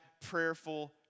prayerful